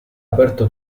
aperto